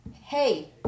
hey